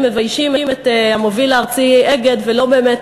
רק מביישים את המוביל הארצי "אגד" ולא באמת